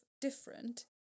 different